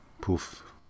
poof